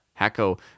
hacko